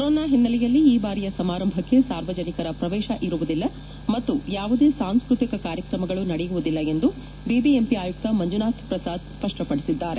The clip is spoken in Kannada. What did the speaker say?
ಕೊರೊನಾ ಹಿನ್ನೆಲೆಯಲ್ಲಿ ಈ ಬಾರಿಯ ಸಮಾರಂಭಕ್ಕೆ ಸಾರ್ವಜನಿಕರ ಪ್ರವೇಶ ಇರುವುದಿಲ್ಲ ಮತ್ತು ಯಾವುದೇ ಸಾಂಸ್ಟತಿಕ ಕಾರ್ಯಕ್ರಮ ನಡೆಯುವುದಿಲ್ಲ ಎಂದು ಬಿಬಿಎಂಪಿ ಆಯುಕ್ತ ಮಂಜುನಾಥ್ ಪ್ರಸಾದ್ ಸ್ಪಷ್ಟಪಡಿಸಿದ್ದಾರೆ